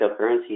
cryptocurrencies